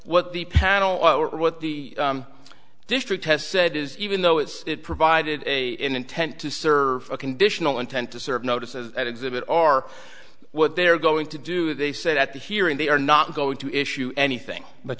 what the panel or what the district has said is even though it's provided a intent to serve a conditional intent to serve notice as an exhibit or what they're going to do they said at the hearing they are not going to issue anything but